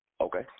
Okay